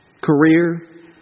career